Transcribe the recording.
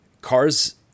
cars